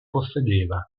possedeva